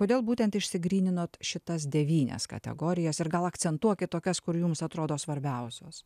kodėl būtent išsigryninot šitas devynias kategorijas ir gal akcentuokit tokias kur jums atrodo svarbiausios